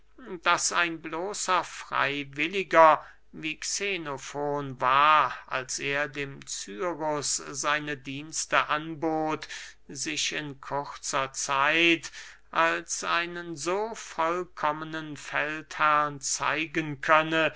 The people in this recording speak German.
daß ein bloßer freywilliger wie xenofon war als er dem cyrus seine dienste anbot sich in kurzer zeit als einen so vollkommenen feldherren zeigen könne